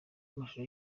amashusho